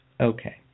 Okay